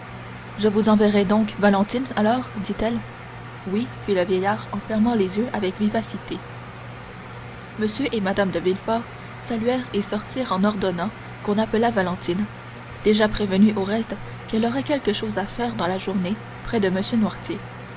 je vous enverrai donc valentine alors dit-elle oui fit le vieillard en fermant les yeux avec vivacité m et mme de villefort saluèrent et sortirent en ordonnant qu'on appelât valentine déjà prévenue au reste qu'elle aurait quelque chose à faire dans la journée près de m